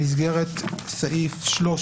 במסגרת סעיף 13,